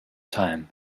time